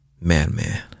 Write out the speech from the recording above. madman